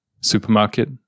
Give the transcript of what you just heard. supermarket